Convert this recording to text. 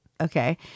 Okay